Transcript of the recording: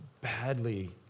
badly